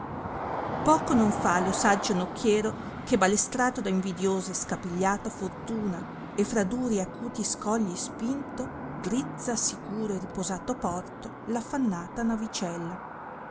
poco non fa lo saggio nocchiero che balestrato da invidiosa e scapigliata fortuna e fra duri e acuti scogli spinto drizza a sicuro e riposato porto l'affannata navicella